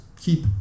keep